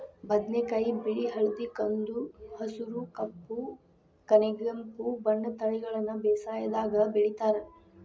ಬದನೆಕಾಯಿ ಬಿಳಿ ಹಳದಿ ಕಂದು ಹಸುರು ಕಪ್ಪು ಕನೆಗೆಂಪು ಬಣ್ಣದ ತಳಿಗಳನ್ನ ಬೇಸಾಯದಾಗ ಬೆಳಿತಾರ